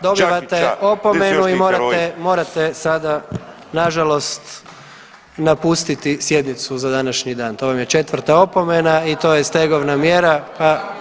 Dobivate opomenu i morate sada nažalost napustiti sjednicu za današnji dan, to vam je četvrta opomena i to je stegovna mjera.